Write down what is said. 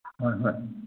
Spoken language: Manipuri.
ꯍꯣꯏ ꯍꯣꯏ